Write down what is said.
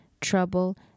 trouble